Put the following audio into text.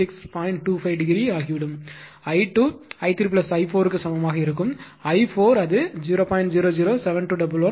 25 degree ஆகிவிடும் I2 i3 i4க்கு சமமாக இருக்கும் i4 க்கு அது உண்மையில் 0